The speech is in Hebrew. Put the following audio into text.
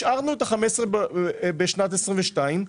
השארנו את ה-15% בשנת 2022,